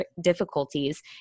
difficulties